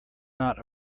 not